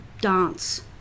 dance